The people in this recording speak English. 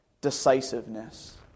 decisiveness